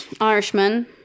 Irishman